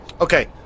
Okay